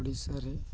ଓଡ଼ିଶାରେ